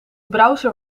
browser